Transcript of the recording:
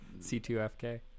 C2FK